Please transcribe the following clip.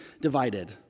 divided